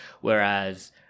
whereas